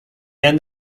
end